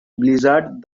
blizzard